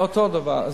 אותו דבר.